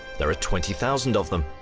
there are twenty thousand of them.